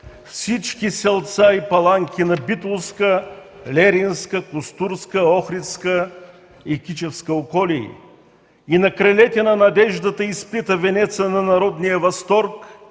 всички селца и паланки на Битолска, Леринска, Костурска, Охридска и Кичевска околии и на крилете на надеждата изплита венеца на народния възторг